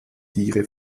tiere